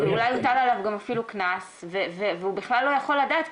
אולי יוטל עליו גם אפילו קנס והוא בכלל לא יכול לדעת.